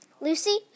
Lucy